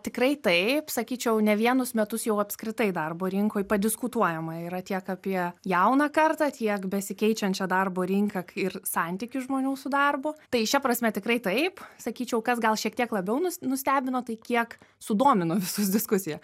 tikrai taip sakyčiau ne vienus metus jau apskritai darbo rinkoj padiskutuojama yra tiek apie jauną kartą tiek besikeičiančią darbo rinką ir santykį žmonių su darbu tai šia prasme tikrai taip sakyčiau kas gal šiek tiek labiau nus nustebino tai kiek sudomino visus diskusija